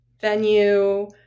venue